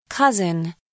Cousin